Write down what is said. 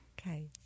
Okay